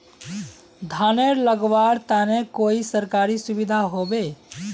धानेर लगवार तने कोई सरकारी सुविधा होबे?